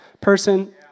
person